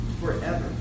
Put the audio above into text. forever